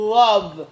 love